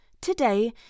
today